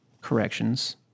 corrections